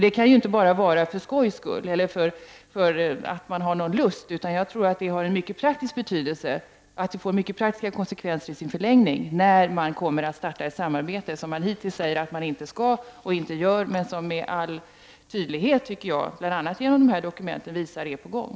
Det sägs inte bara för skojs skull eller för att man har lust att säga det. Jag tror att det har en mycket stor betydelse och kommer att få praktiska konsekvenser i sin förlängning när man kommer att starta ett samarbete, ett samarbete som man hittills har sagt att man inte har och inte kommer att ha men som med all tydlighet, som bl.a. visas genom dessa dokument, är i gång.